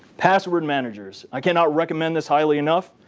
password managers. i cannot recommend this highly enough.